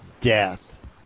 Death